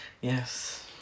Yes